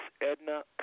Edna